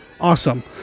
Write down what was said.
awesome